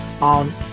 on